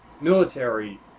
military